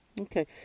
Okay